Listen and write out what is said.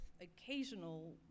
occasional